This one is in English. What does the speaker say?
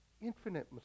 infinite